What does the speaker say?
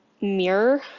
mirror